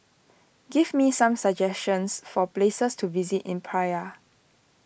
give me some suggestions for places to visit in Praia